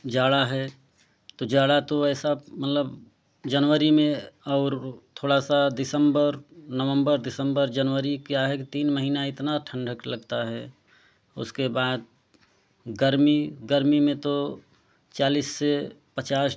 जाड़ा है तो जाड़ा तो ऐसा मतलब जनवरी में और थोड़ा सा दिसम्बर नवम्बर दिसम्बर जनवरी क्या है कि तीन महीना इतना ठंढक लगता है उसके बाद गरमी गरमी में तो चालीस पचास